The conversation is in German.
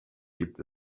gibt